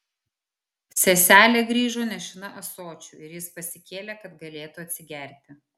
seselė grįžo nešina ąsočiu ir jis pasikėlė kad galėtų atsigerti